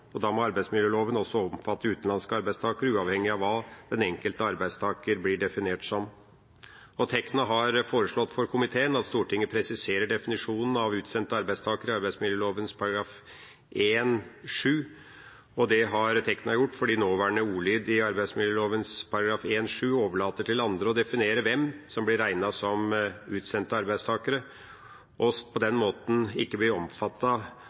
og da må arbeidsmiljøloven også omfatte utenlandske arbeidstakere, uavhengig av hva den enkelte arbeidstaker blir definert som. Tekna har foreslått for komiteen at Stortinget presiserer definisjonen av utsendte arbeidstakere i arbeidsmiljøloven § 1-7, og det har Tekna gjort fordi nåværende ordlyd i arbeidsmiljøloven § 1-7 overlater til andre å definere hvem som blir regnet som utsendte arbeidstakere og på den måten ikke blir